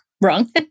wrong